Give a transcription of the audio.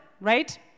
right